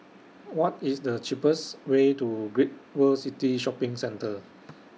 What IS The cheapest Way to Great World City Shopping Centre